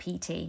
PT